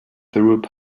through